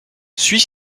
suis